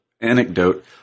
anecdote